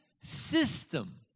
system